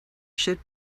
should